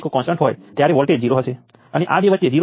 પરંતુ સામાન્ય રીતે તે સર્કિટ માટે સોલ્વ કરવાનો અર્થ છે